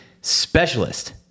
specialist